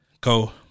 Go